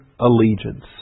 allegiance